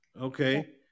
Okay